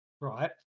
Right